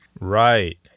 Right